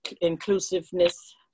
inclusiveness